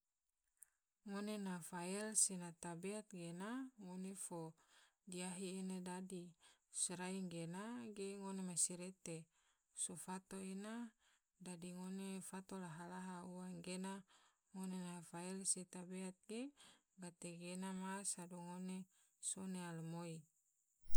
Ngone na fael se na tabeat gena ngone fo diahi ena dadi, sorai gena ge ngone masirete so fato ena, dadi ngone fato laha laha ua gena ngone na fael se tabeat ge gate ge ma sodo ngone sone alumoi.